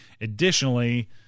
Additionally